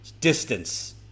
distance